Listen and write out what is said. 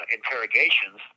interrogations